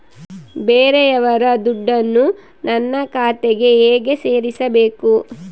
ಬೇರೆಯವರ ದುಡ್ಡನ್ನು ನನ್ನ ಖಾತೆಗೆ ಹೇಗೆ ಸೇರಿಸಬೇಕು?